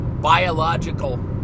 biological